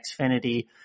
Xfinity